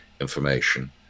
information